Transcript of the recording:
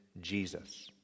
Jesus